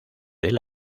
del